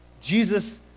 Jesus